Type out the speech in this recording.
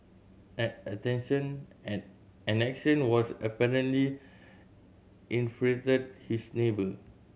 an attention an action was apparently infuriated his neighbor